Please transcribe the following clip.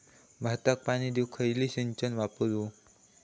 भाताक पाणी देऊक खयली सिंचन वापरू?